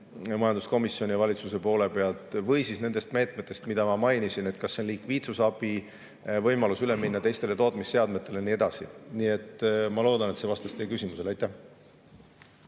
või nendest meetmetest, mida ma mainisin, kas see on siis likviidsusabi, võimalus üle minna teistele tootmisseadmetele ja nii edasi. Ma loodan, et see vastas teie küsimusele. Aitäh!